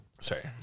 Sorry